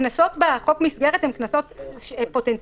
הקנסות בחוק המסגרת הם קנסות פוטנציאליים,